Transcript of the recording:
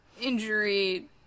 injury